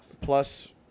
Plus